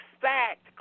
fact